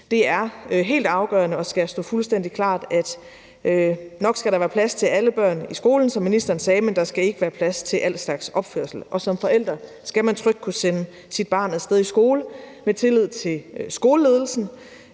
det er helt afgørende og skal stå fuldstændig klart, at nok skal der være plads til alle børn i skolen, som ministeren sagde, men der skal ikke være plads til al slags opførsel. Som forælder skal man trygt kunne sende sit barn af sted i skole med tillid til skoleledelsen,